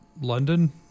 london